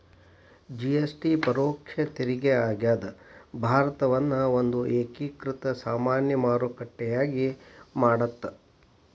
GST ಪರೋಕ್ಷ ತೆರಿಗೆ ಆಗ್ಯಾದ ಭಾರತವನ್ನ ಒಂದ ಏಕೇಕೃತ ಸಾಮಾನ್ಯ ಮಾರುಕಟ್ಟೆಯಾಗಿ ಮಾಡತ್ತ